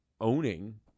owning